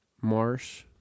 Marsh